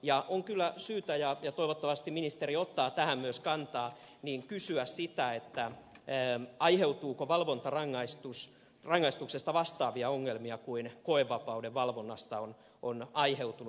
on kyllä syytä kysyä ja toivottavasti ministeri ottaa tähän myös kantaa niin kysyä siitä että ne aiheutuuko valvontarangaistuksesta vastaavia ongelmia kuin koevapauden valvonnasta on aiheutunut